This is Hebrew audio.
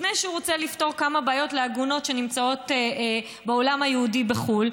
לפני שהוא רוצה לפתור כמה בעיות לעגונות שנמצאות בעולם היהודי בחו"ל.